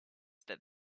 that